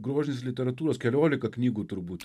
grožinės literatūros keliolika knygų turbūt